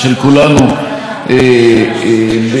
שמגיש אי-אמון אבל לא מחכה אפילו לשמוע את התשובה.